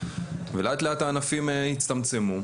ולאט לאט הענפים הצטמצמו,